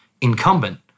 incumbent